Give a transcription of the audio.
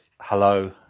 Hello